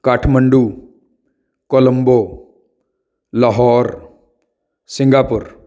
Kathmandu Colombo Lahore Singapore